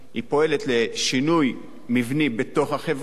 פועלת לשינוי מבני בתוך החברה,